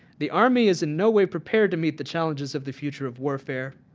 the army is in no way prepared to meet the challenges of the future of warfare.